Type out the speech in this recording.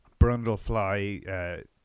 Brundlefly